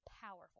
powerful